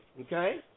Okay